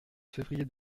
février